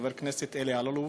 חבר הכנסת אלי אלאלוף,